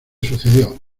sucedió